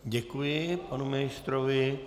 Děkuji panu ministrovi.